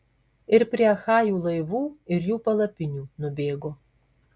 ir prie achajų laivų ir jų palapinių nubėgo